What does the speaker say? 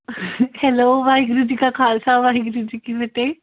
hello Waheguru ji ਕਾ ਖਾਲਸਾ ਵਾਹਿਗੁਰੂ ਜੀ ਕੀ ਫਤਿਹ